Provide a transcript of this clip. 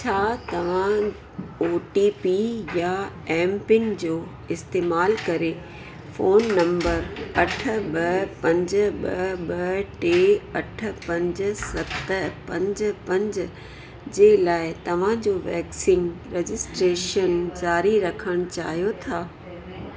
छा तव्हां O T P या एम पिन जो इस्तेमाल करे फोन नंबर अठ ॿ पंज ॿ ॿ टे अठ पंज सत पंज पंज जे लाइ तव्हांजो वैक्सीन रजिस्ट्रेशन ज़ारी रखणु चाहियो था